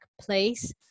place